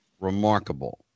Remarkable